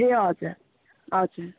ए हजुर हजुर